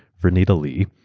vernita lee,